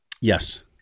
Yes